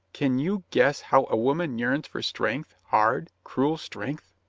can you guess how a woman yearns for strength, hard, cruel strength?